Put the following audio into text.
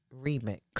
remix